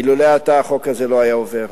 אילולא אתה, החוק הזה לא היה עובר.